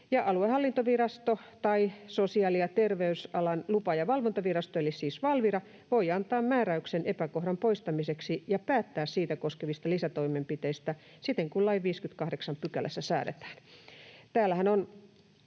aluehallintovirasto tai Sosiaali- ja terveysalan lupa- ja valvontavirasto, eli siis Valvira, voi antaa määräyksen epäkohdan poistamiseksi ja päättää siitä koskevista lisätoimenpiteistä siten kuin lain 58 §:ssä säädetään.